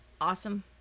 Awesome